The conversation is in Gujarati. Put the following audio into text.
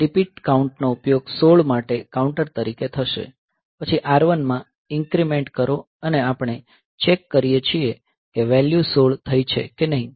તે રીપીટ કાઉન્ટનો ઉપયોગ 16 માટે કાઉન્ટર તરીકે થશે પછી R1 માં ઇન્ક્રીમેંટ કરો અને આપણે ચેક કરીએ છીએ કે વેલ્યુ 16 થઈ છે કે નહીં